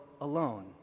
alone